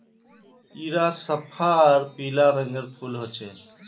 इरा सफ्फा आर पीला रंगेर फूल होचे